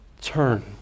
Turn